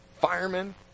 firemen